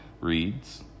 reads